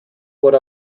what